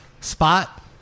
spot